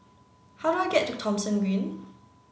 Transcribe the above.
how do I get to Thomson Green